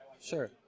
sure